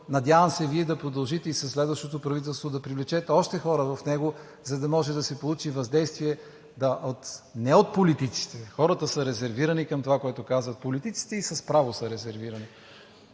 надявам се, Вие да продължите и със следващото правителство, да привлечете още хора в него, за да може да се получи въздействие не от политиците – хората са резервирани към това, което казват политиците, и с право са резервирани.